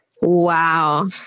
Wow